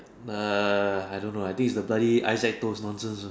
uh I don't know I think its the bloody Isaac toast nonsense